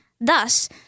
Thus